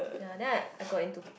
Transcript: ya then I I got into